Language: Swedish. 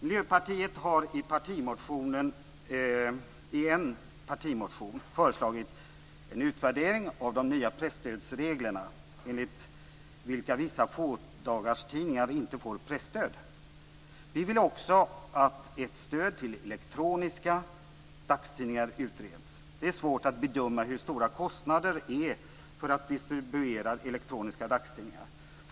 Miljöpartiet har i en partimotion föreslagit en utvärdering av de nya presstödsreglerna, enligt vilka vissa fådagarstidningar inte får presstöd. Det är svårt att bedöma hur stora kostnaderna är för att distribuera elektroniska dagstidningar.